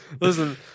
Listen